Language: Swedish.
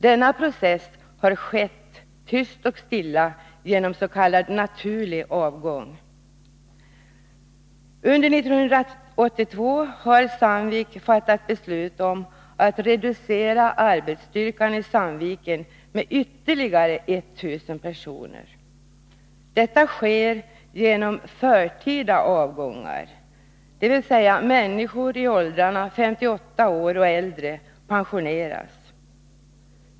Denna process har skett tyst och stilla genom s.k. naturlig avgång. Under 1982 har Sandvik fattat beslut om att reducera arbetsstyrkan i Sandviken med ytterligare 1000 personer. Detta sker genom förtida avgångar, dvs. människor i åldrarna 58 år och äldre pensioneras.